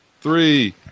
Three